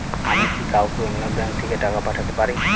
আমি কি কাউকে অন্য ব্যাংক থেকে টাকা পাঠাতে পারি?